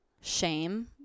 Shame